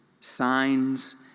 Signs